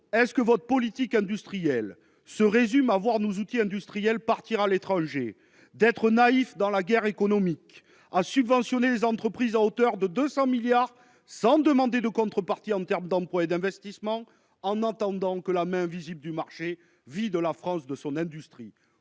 Est-ce que votre politique industrielle se résume à voir nos outils industriels partir à l'étranger, à être naïfs dans la guerre économique, à subventionner les entreprises à hauteur de 200 milliards d'euros sans demander de contreparties en termes d'emplois et d'investissements en attendant que la « main invisible » du marché vide la France de son industrie ?